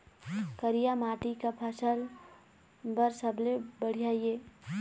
करिया माटी का फसल बर सबले बढ़िया ये?